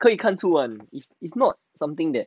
可以看出 what is not something that